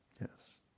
Yes